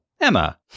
Emma